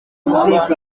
munsi